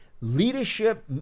leadership